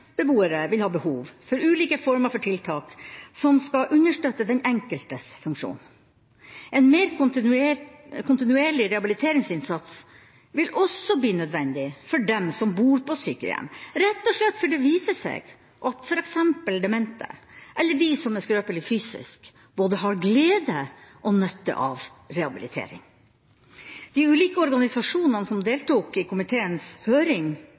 vil ha behov for ulike former for tiltak som skal understøtte den enkeltes funksjon. En mer kontinuerlig rehabiliteringsinnsats vil også bli nødvendig for dem som bor på sykehjem – rett og slett fordi det viser seg at f.eks. demente eller de som er skrøpelige fysisk, har både glede og nytte av rehabilitering. De ulike organisasjonene som deltok i komiteens høring